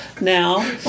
Now